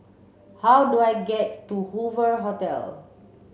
how do I get to Hoover Hotel